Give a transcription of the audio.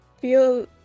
feel